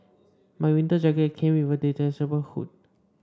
my winter jacket came with a detachable hood